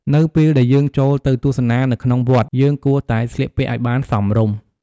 នៅពេលដែលយើងចូលទៅទស្សនានៅក្នុងវត្ត យើងគួរតែស្លៀកពាក់ឱ្យបានសមរម្យ ។